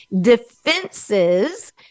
defenses